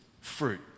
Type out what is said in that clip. fruit